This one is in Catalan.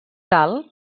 tal